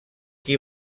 qui